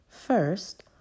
First